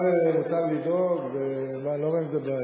מותר לדאוג, ואני לא רואה עם זה בעיה.